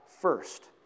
first